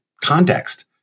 context